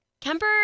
Kemper